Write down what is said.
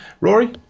rory